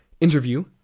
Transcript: interview